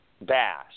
bass